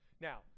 Now